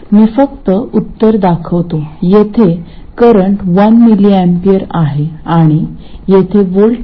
मी फक्त उत्तर दाखवतो येथे करंट 1mA आहे आणि येथे व्होल्टेज 0